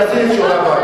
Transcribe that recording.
אני עשיתי שיעורי-בית.